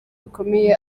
bikomeye